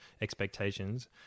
expectations